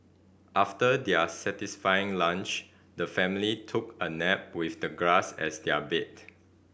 after their satisfying lunch the family took a nap with the grass as their bed